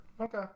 Okay